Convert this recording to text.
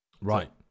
Right